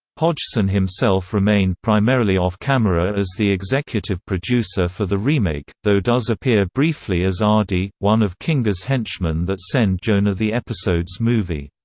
hodgson himself remained primarily off-camera as the executive producer for the remake, though does appear briefly as ardy, one of kinga's henchmen that send jonah the episode's movie.